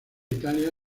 italia